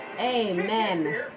amen